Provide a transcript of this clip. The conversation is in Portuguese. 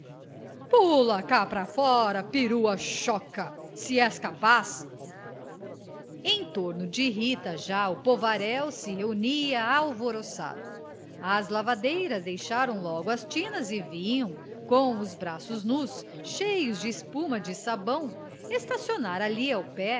cá pra fora perua choca se és capaz em torno de rita já o povaréu se reunia alvoroçado as lavadeiras deixaram logo as tinas e vinham com os braços nus cheios de espuma de sabão estacionar ali